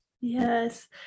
Yes